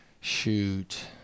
shoot